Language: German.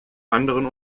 anderen